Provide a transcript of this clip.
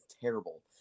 terrible